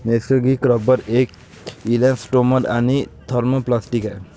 नैसर्गिक रबर एक इलॅस्टोमर आणि थर्मोप्लास्टिक आहे